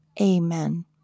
amen